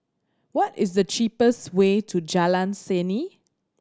what is the cheapest way to Jalan Seni